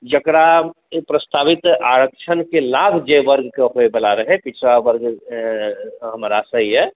जेकरा ई प्रस्तावित आरक्षणके लाभ जे वर्गके होइवला रहै पिछड़ावर्गमे राखय लेल